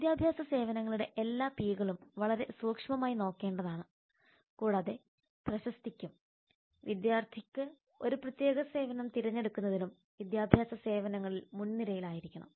വിദ്യാഭ്യാസ സേവനങ്ങളുടെ എല്ലാ പി കളും വളരെ സൂക്ഷ്മമായി നോക്കേണ്ടതാണ് കൂടാതെ പ്രശസ്തിക്കും വിദ്യാർത്ഥികൾക്ക് ഒരു പ്രത്യേക സേവനം തിരഞ്ഞെടുക്കുന്നതിനും വിദ്യാഭ്യാസ സേവനങ്ങളിൽ മുൻനിരയിൽ ആയിരിക്കണം